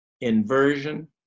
inversion